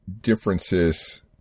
differences